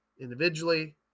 individually